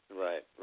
Right